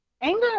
Anger